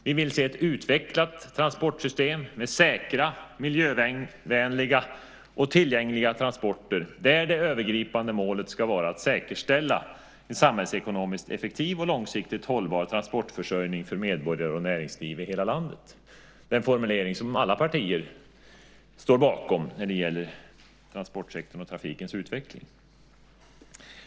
Vi vill se ett utvecklat transportsystem med säkra, miljövänliga och tillgängliga transporter, där det övergripande målet ska vara att säkerställa en samhällsekonomiskt effektiv och långsiktigt hållbar transportförsörjning för medborgare och näringsliv i hela landet. Det är en formulering som alla partier står bakom när det gäller transportsektorn och trafikens utveckling.